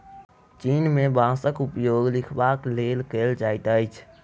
चीन में बांसक उपयोग लिखबाक लेल कएल जाइत अछि